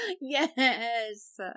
yes